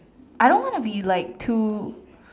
I don't wanna be like too